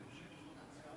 כי הונחו היום על שולחן הכנסת,